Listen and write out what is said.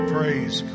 Praise